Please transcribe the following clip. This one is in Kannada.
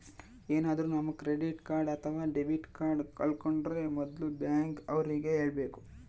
ಏನಾದ್ರೂ ನಮ್ ಕ್ರೆಡಿಟ್ ಕಾರ್ಡ್ ಅಥವಾ ಡೆಬಿಟ್ ಕಾರ್ಡ್ ಕಳ್ಕೊಂಡ್ರೆ ಮೊದ್ಲು ಬ್ಯಾಂಕ್ ಅವ್ರಿಗೆ ಹೇಳ್ಬೇಕು